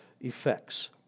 effects